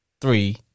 three